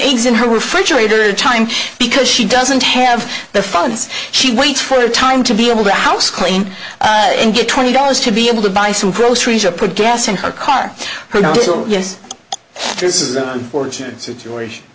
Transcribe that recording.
eggs in her refrigerator in time because she doesn't have the funds she waits for time to be able to house clean and get twenty dollars to be able to buy some groceries or put gas in her car yes this is a fortune situation